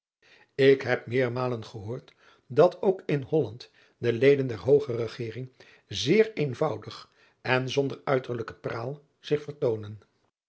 k heb meermalen gehoord dat ook in olland de eden der hooge egering zeer eenvoudig en zonder uiterlijke praal zich vertoonen